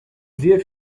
sehr